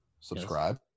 subscribe